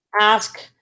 ask